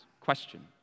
question